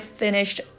finished